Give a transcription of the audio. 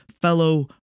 fellow